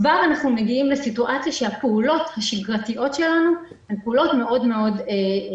כבר אנחנו מגיעים לסיטואציה בה הפעולות השגרתיות שלנו הן מאוד קשות.